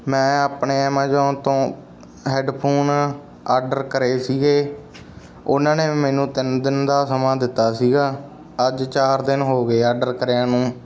ਮੈਂ ਆਪਣੇ ਐਮਾਜੋਨ ਤੋਂ ਹੈੱਡਫ਼ੋਨ ਆਡਰ ਕਰੇ ਸੀਗੇ ਉਹਨਾਂ ਨੇ ਮੈਨੂੰ ਤਿੰਨ ਦਿਨ ਦਾ ਸਮਾਂ ਦਿੱਤਾ ਸੀਗਾ ਅੱਜ ਚਾਰ ਦਿਨ ਹੋ ਗਏ ਆਡਰ ਕਰਿਆਂ ਨੂੰ